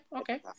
Okay